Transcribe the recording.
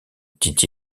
dit